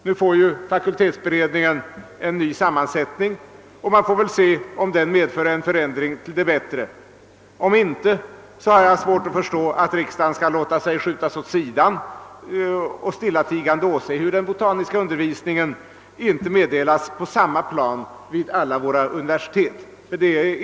Nu får fakultetsberedningen emellertid ny sammansättning, och vi får då se om den kan medföra någon ändring till det bättre. Om inte har jag svårt att finna att riksdagen skall låta sig skjutas åt sidan och stillatigande åse hur den botaniska undervisningen — som nu är fallet — inte bedrives på samma plan vid alla våra universitet.